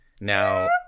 now